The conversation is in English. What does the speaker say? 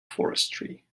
forestry